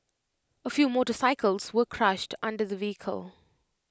A few motorcycles were crushed under the vehicle